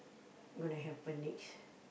gonna happen next